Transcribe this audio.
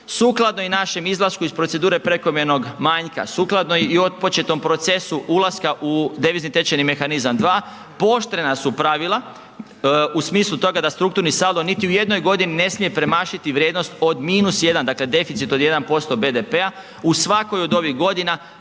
sukladno i našem izlasku iz procedure prekomjernog manjka, sukladno i otpočetom procesu ulaska u devizni tečajni mehanizam dva pooštrena su pravila u smislu toga da strukturni saldo niti u jednoj godini ne smije premašiti vrijednost od minus 1, dakle deficit od 1% BDP-a. U svakoj od ovih godina